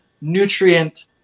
nutrient